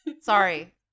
Sorry